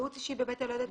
ייעוץ אישי בבית היולדת.